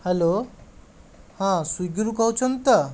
hello ହଁ ସ୍ଵିଗିରୁ କହୁଛନ୍ତି ତ